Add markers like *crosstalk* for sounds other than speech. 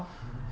*laughs*